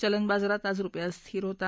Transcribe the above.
चलन बाजारात आज रुपया स्थीर होता